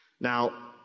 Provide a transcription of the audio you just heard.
Now